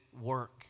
work